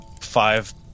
five